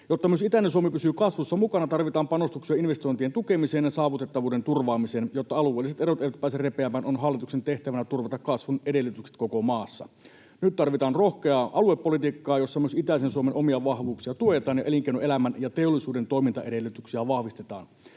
Jotta myös itäinen Suomi pysyy kasvussa mukana, tarvitaan panostuksia investointien tukemiseen ja saavutettavuuden turvaamiseen. Jotta alueelliset erot eivät pääse repeämään, on hallituksen tehtävänä turvata kasvun edellytykset koko maassa. Nyt tarvitaan rohkeaa aluepolitiikkaa, jossa myös itäisen Suomen omia vahvuuksia tuetaan, elinkeinoelämän ja teollisuuden toimintaedellytyksiä vahvistetaan.